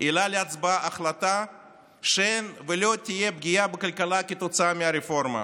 העלה להצבעה החלטה שאין ולא תהיה פגיעה בכלכלה כתוצאה מהרפורמה,